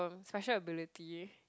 special ability